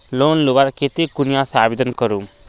Loan लुबार केते कुनियाँ से आवेदन करूम?